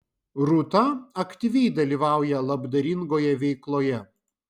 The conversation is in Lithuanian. rūta aktyviai dalyvauja labdaringoje veikloje